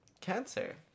Cancer